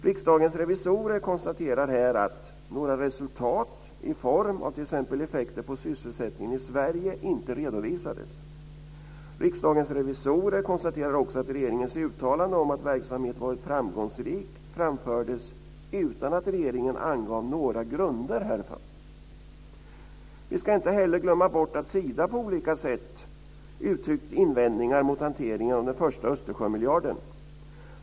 Riksdagens revisorer konstaterar här att några resultat i form av t.ex. effekter på sysselsättningen i Sverige inte redovisades. Riksdagens revisorer konstaterade också att regeringens uttalande om att verksamheten varit framgångsrik framfördes utan att regeringen angav några grunder härför. Vi ska inte heller glömma bort att Sida på olika sätt uttryckt invändningar mot hanteringen av den första Östersjömiljarden.